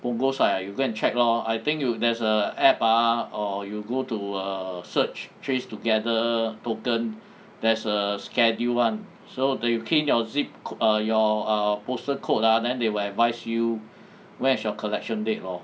punggol side ah you go and check lor I think you there's a app ah or you go to err search trace together token there's a schedule one so then you key your zip co~ err your postal code ah then they will advise you when is your collection date lor